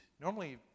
Normally